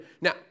Now